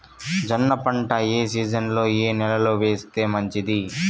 జొన్న పంట ఏ సీజన్లో, ఏ నెల లో వేస్తే మంచిది?